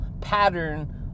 pattern